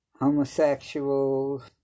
homosexuals